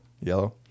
Yellow